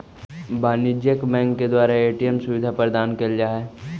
वाणिज्यिक बैंक के द्वारा ए.टी.एम सुविधा प्रदान कैल जा हइ